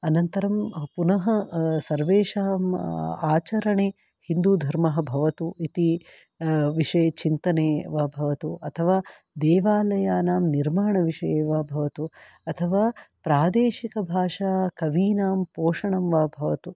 अनन्तरं पुनः सर्वेषाम् आचरणे हिन्दूधर्मः भवतु इति विषयचिन्तने वा भवतु अथवा देवालयानां निर्माणविषये वा भवतु अथवा प्रादेशिकभाषाकवीनां पोषणं वा भवतु